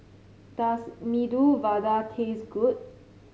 does Medu Vada taste good